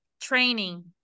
training